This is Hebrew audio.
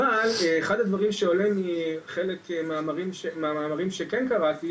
אבל אחד הדברים שעולה מחלק מהמאמרים שכן קראתי